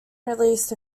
released